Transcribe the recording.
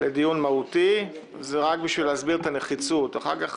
בפרטים